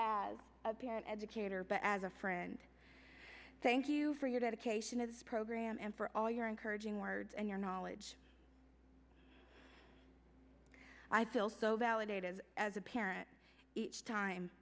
as a parent educator but as a friend thank you for your dedication as program and for all your encouraging words and your knowledge i feel so validated as a parent each time